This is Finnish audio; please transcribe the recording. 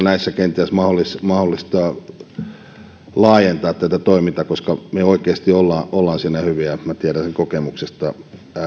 näissä kenties mahdollista laajentaa tätä toimintaa koska me oikeasti olemme siinä hyviä minä tiedän sen kokemuksesta